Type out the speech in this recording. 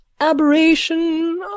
aberration